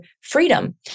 freedom